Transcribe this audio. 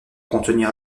contenir